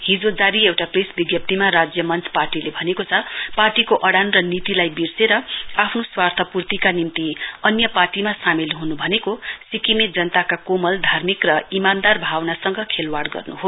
हिजो जारी एउटा प्रेस विज्ञप्तीमा राज्य मञ्च पार्टीले भनेको छ पार्टीको अइान र नीतिलाई विर्सेर आफ्नो स्वार्थपूर्तिका निम्ति अन्य पार्टीमा सामेल हुनु भनेको सिक्किमे जनताका कोमलघार्मिक र इमानदार भावनासँग खेलवाड़ गर्नु हो